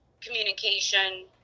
communication